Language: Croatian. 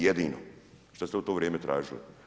Jedino, što ste u to vrijeme tražili.